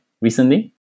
Recently